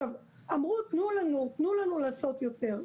אמרו: תנו לנו לעשות יותר.